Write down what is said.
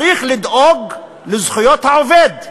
צריך לדאוג לזכויות העובד.